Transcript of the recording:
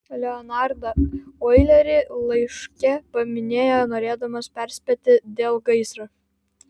leonardą oilerį laiške paminėjo norėdamas perspėti dėl gaisro